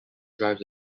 drives